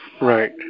Right